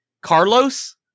Carlos